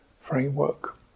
framework